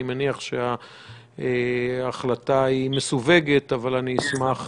אני מניח שהחלטה מסווגת, אבל אני אשמח